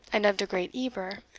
and of de great eber,